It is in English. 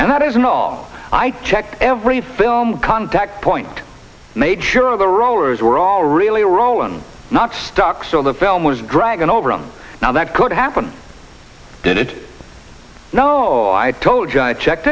and that isn't all i checked every film contact point made sure the rowers were all really rolen not stuck so the film was dragon over on now that could happen did it no i told you i checked